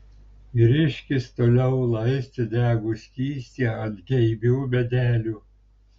vyriškis toliau laistė degų skystį ant geibių medelių